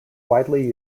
widely